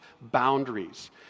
boundaries